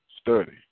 study